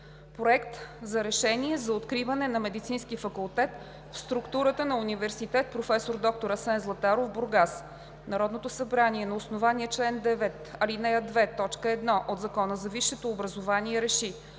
„Проект! РЕШЕНИЕ за откриване на медицински факултет в структурата на Университет „проф. Д-р Асен Златаров“ – Бургас Народното събрание на основание чл. 9, ал. 2, т. 1 от Закона за висшето образование РЕШИ: